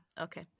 okay